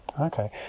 Okay